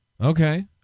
Okay